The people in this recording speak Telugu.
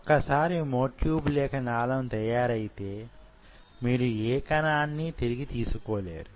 వొక్కసారి మ్యో ట్యూబ్ లేక నాళం తయారయితే మీరు యే కణాన్ని తిరిగి తీసుకోలేరు